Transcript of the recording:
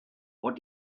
what